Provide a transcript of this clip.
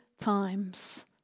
times